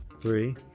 Three